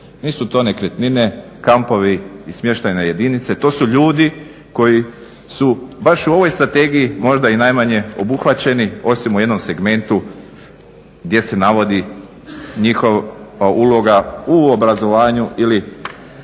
nisu to nekretnine, kampovi i smještajne jedinice. To su ljudi koji su baš u ovoj strategiji možda i najmanje obuhvaćeni osim u jednom segmentu gdje se navodi njihova uloga u obrazovanju ili